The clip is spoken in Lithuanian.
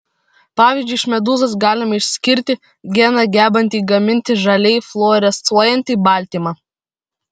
pavyzdžiui iš medūzos galima išskirti geną gebantį gaminti žaliai fluorescuojantį baltymą